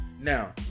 Now